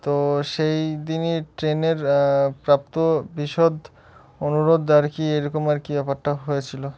তো সেই দিনই ট্রেনের প্রাপ্ত বিশদ অনুরোধ আর কি এরকম আর কি ব্যাপারটা হয়েছিল